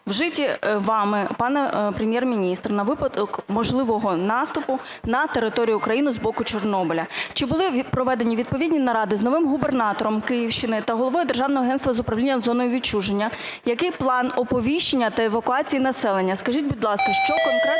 вжиті вами, пане Прем'єр-міністр, на випадок можливого наступу на територію України з боку Чорнобиля? Чи були проведені відповідні наради з новим губернатором Київщини та Головою Державного агентства з управління зоною відчуження? Який план оповіщення та евакуації населення? Скажіть, будь ласка, що конкретно